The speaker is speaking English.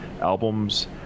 albums